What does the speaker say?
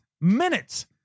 minutes